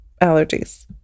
allergies